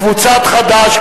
קבוצת חד"ש,